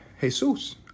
Jesus